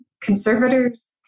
conservators